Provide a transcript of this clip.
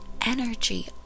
energy